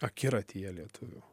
akiratyje lietuvių